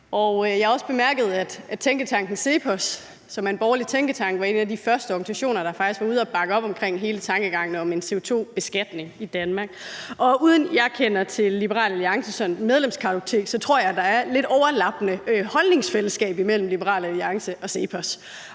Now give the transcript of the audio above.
jeg har også bemærket, at tænketanken CEPOS, som er den borgerlige tænketank, var en af de første organisationer, der faktisk var ude at bakke op omkring hele tankegangen bag en CO2-beskatning i Danmark. Uden at jeg sådan kender til Liberal Alliances medlemskartotek, tror jeg der er lidt overlap og holdningsfællesskab mellem Liberal Alliance og CEPOS.